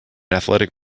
athletic